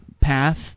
path